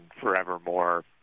forevermore